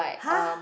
!huh!